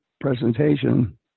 presentation